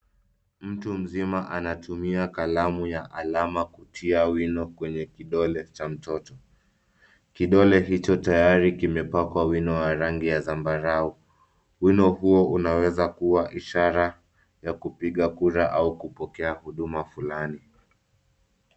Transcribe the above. M tu mzima anatumia kalamu ya alama kutia wino kwenye kidole cha mtoto. Kidole hicho tayari kimepakwa wino wa rangi ya zambarau. Wino huo unaweza kuwa ishara ya kupiga kura au kupokea huduma fulani.